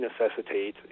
necessitate